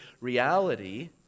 reality